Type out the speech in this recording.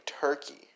Turkey